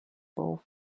both